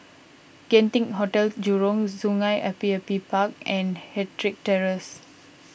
Genting Hotel Jurong Sungei Api Api Park and Ettrick Terrace